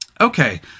okay